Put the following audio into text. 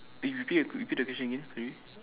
eh repeat repeat the question again sorry